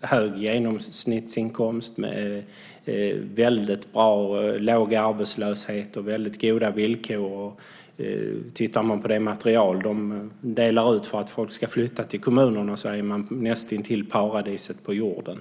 höga genomsnittsinkomster, låg arbetslöshet och goda villkor. Tittar man på det material som kommunerna delar ut för att folk ska flytta till kommunerna är det fråga om näst intill paradiset på jorden.